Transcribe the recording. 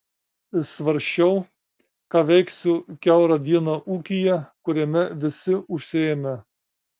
svarsčiau ką veiksiu kiaurą dieną ūkyje kuriame visi užsiėmę